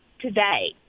today